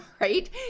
right